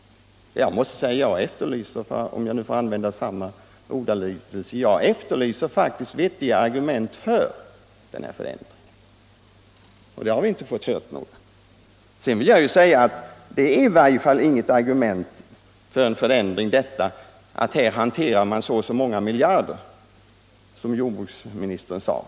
Jag måste säga att jag efterlyser — om jag nu får använda samma uttryckssätt — faktiskt vettiga argument för den här förändringen. Några sådana har vi inte fått höra. Det är i varje fall inget argument för en förändring, att här hanterar man så och så många miljarder, som jordbruksministern sade.